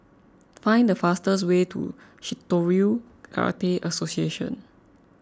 find the fastest way to Shitoryu Karate Association